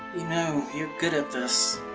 you know you're good at this.